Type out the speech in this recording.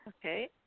Okay